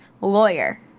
lawyer